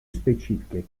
specifiche